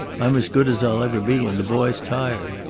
i'm as good as i'll ever be, and the boy's tired.